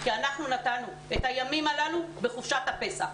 כי אנחנו נתנו את הימים הללו בחופשת הפסח.